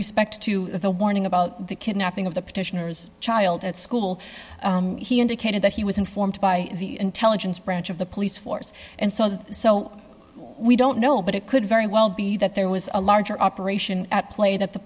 respect to the warning about the kidnapping of the petitioner's child at school he indicated that he was informed by the intelligence branch of the police force and so that so we don't know but it could very well be that there was a large operation at play that the